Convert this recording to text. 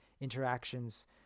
interactions